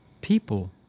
people